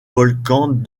volcans